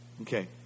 Okay